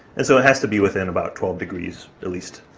and so it has to be within about twelve degrees, at least,